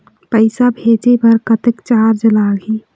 पैसा भेजे बर कतक चार्ज लगही?